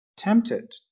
tempted